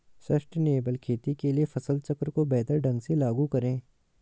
sustainable खेती के लिए फसल चक्र को बेहतर ढंग से लागू करें